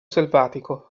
selvatico